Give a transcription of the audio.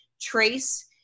trace